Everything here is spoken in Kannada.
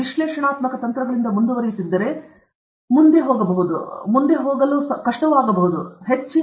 ನೀವು ವಿಶ್ಲೇಷಣಾತ್ಮಕ ತಂತ್ರಗಳಿಂದ ಮುಂದುವರಿಯುತ್ತಿದ್ದರೆ ಮುಂದಿನದು ಒಂದು ಆಗಿರುತ್ತದೆ